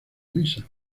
misas